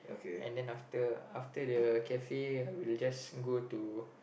and then after after the cafe we just go to